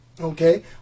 okay